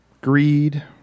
greed